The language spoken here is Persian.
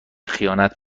خیانت